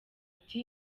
ati